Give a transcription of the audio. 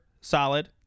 solid